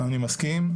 אני מסכים.